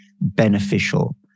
beneficial